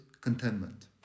contentment